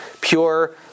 pure